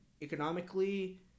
economically